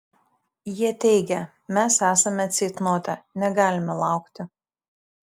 jie teigia mes esame ceitnote negalime laukti